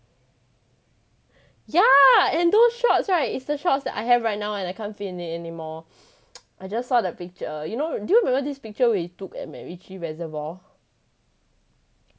ya and those shorts right is the shorts that I have right now and I can't fit in it anymore I just saw the picture you know do you remember this picture where we took at macritchie reservoir